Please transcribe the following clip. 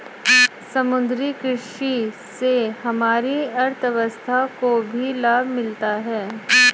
समुद्री कृषि से हमारी अर्थव्यवस्था को भी लाभ मिला है